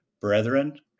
brethren